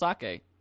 sake